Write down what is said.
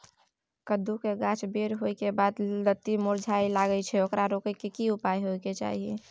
कद्दू के गाछ बर होय के बाद लत्ती मुरझाय लागे छै ओकरा रोके के उपाय कि होय है?